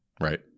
right